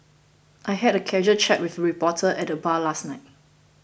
I had a casual chat with reporter at the bar last night